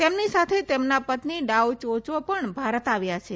તેમની સાથે તેમના પત્ની ડાઉ ચો ચો પણ ભારત આવ્યા છે